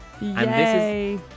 Yay